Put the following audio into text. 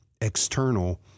external